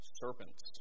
serpents